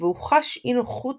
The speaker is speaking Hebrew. והוא חש אי נוחות